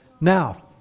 Now